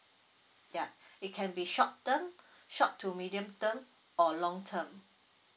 ya it can be short term short to medium term or long term